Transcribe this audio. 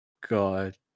God